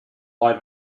light